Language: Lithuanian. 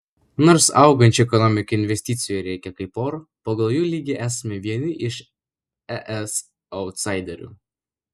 nors augančiai ekonomikai investicijų reikia kaip oro pagal jų lygį esame vieni iš es autsaiderių